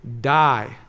die